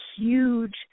huge